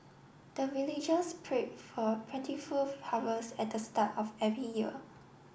the villagers pray for plentiful harvest at the start of every year